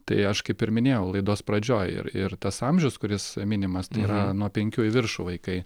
tai aš kaip ir minėjau laidos pradžioj ir ir tas amžius kuris minimas tai yra nuo penkių į viršų vaikai